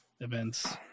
events